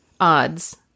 odds